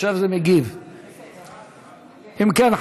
אם כן,